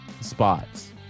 spots